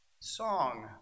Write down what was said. song